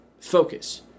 Focus